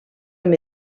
amb